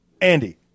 Andy